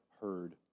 heard